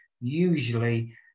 usually